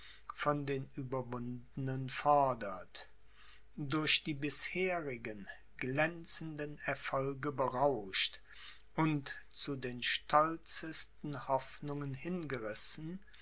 von den ueberwundenen fordert durch die bisherigen glänzenden erfolge berauscht und zu den stolzesten hoffnungen hingerissen